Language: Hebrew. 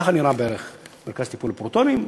ככה נראה בערך מרכז טיפול פרוטונים,